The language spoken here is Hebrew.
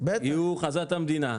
כי הוא חזה את המדינה.